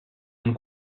and